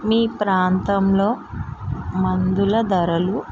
మీ ప్రాంతంలో మందుల ధరలు